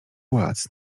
władz